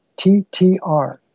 TTR